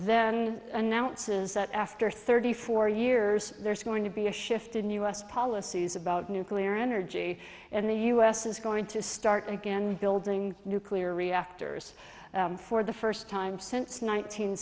then announces that after thirty four years there's going to be a shift in u s policies about nuclear energy and the u s is going to start again building nuclear reactors for the first time since